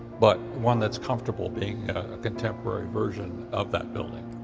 but one that's comfortable being a contemporary version of that building.